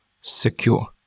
secure